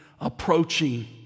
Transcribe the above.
approaching